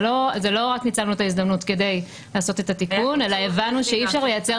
לא רק ניצלנו את ההזדמנות כדי לעשות את התיקון אלא לא רצינו שיהיו